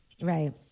Right